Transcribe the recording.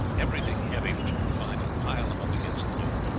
everything heavy that you can find, and pile them up against the door.